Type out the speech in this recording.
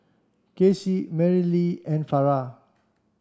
Kacy Merrilee and Farrah